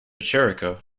jericho